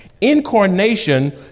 Incarnation